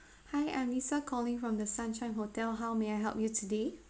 hi I'm lisa calling from the sunshine hotel how may I help you today